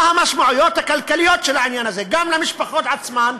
מה המשמעויות הכלכליות של העניין הזה גם למשפחות עצמן,